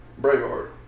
Braveheart